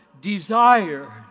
desire